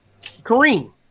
Kareem